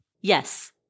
Yes